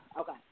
Okay